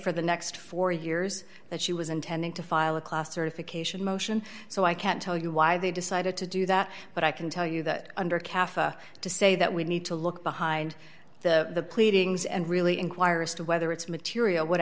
for the next four years that she was intending to file a class certification motion so i can't tell you why they decided to do that but i can tell you that under cafe to say that we need to look behind the pleadings and really inquire as to whether it's material would